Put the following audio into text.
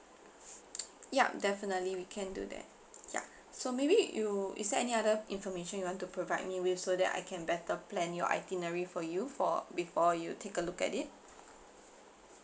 ya definitely we can do that ya so maybe you is there any other information you want to provide me with so that I can better plan your itinerary for you for before you take a look at it